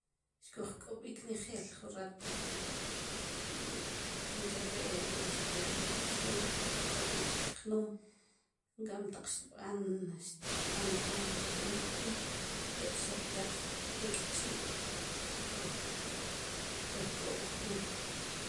Xkoj k'ob'ik nejeej jun raat porque nkare' este siempre koj k'ob'ik jnum nkam taq xtb'an jun nimaq'iij tekchi' koj k'oob' jnum.